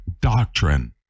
doctrine